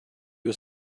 was